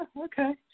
okay